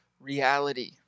reality